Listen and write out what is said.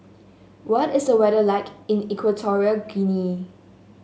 what is the weather like in Equatorial Guinea